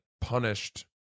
punished